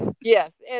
Yes